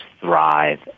thrive